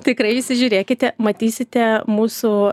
tikrai įsižiūrėkite matysite mūsų